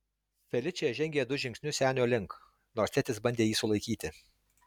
feličė žengė du žingsnius senio link nors tėtis bandė jį sulaikyti